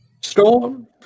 storm